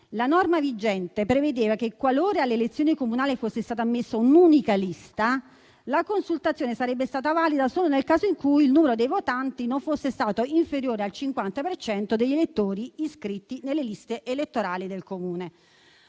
La norma vigente prevedeva che, qualora alle elezioni comunali fosse stata ammessa un'unica lista, la consultazione sarebbe stata valida solo nel caso in cui il numero dei votanti non fosse stato inferiore al 50 per cento degli elettori iscritti nelle liste elettorali del Comune.